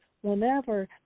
whenever